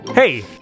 Hey